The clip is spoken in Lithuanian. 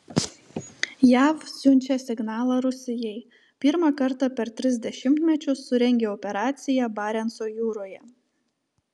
jav siunčia signalą rusijai pirmą kartą per tris dešimtmečius surengė operaciją barenco jūroje